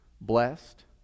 blessed